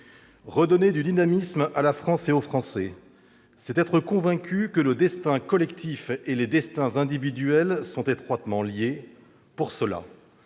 redonner du dynamisme à la France et aux Français, c'est être convaincu que le destin collectif et les destins individuels sont étroitement liés. Pour cela,